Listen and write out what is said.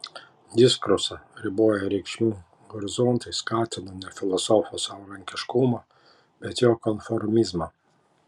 diskursą riboję reikšmių horizontai skatino ne filosofo savarankiškumą bet jo konformizmą